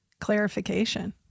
clarification